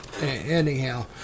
Anyhow